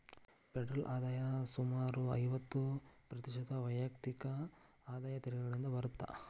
federal ಆದಾಯ ಸುಮಾರು ಐವತ್ತ ಪ್ರತಿಶತ ವೈಯಕ್ತಿಕ ಆದಾಯ ತೆರಿಗೆಗಳಿಂದ ಬರತ್ತ